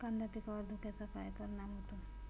कांदा पिकावर धुक्याचा काय परिणाम होतो?